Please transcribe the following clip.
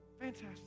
Fantastic